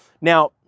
Now